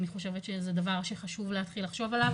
אני חושבת שזה דבר שחשוב להתחיל לחשוב עליו